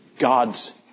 God's